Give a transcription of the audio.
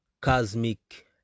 cosmic